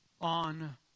on